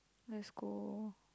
let's go